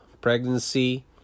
pregnancy